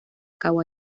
cabo